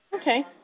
Okay